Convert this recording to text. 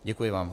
Děkuji vám.